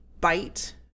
bite